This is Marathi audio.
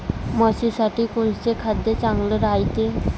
म्हशीसाठी कोनचे खाद्य चांगलं रायते?